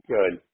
Good